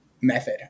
method